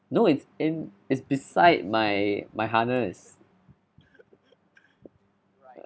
no it's in it's beside my my harness